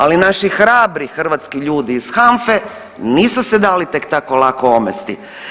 Ali naši hrabri hrvatski ljudi iz HANFA-e nisu se dali tek tako lako omesti.